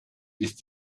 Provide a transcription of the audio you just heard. ist